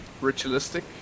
ritualistic